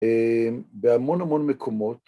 בהמון המון מקומות.